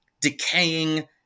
decaying